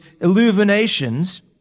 illuminations